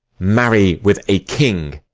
marry with a king,